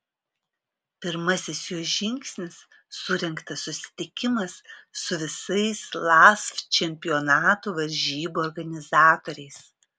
pirmasis jo žingsnis surengtas susitikimas su visais lasf čempionatų varžybų organizatoriais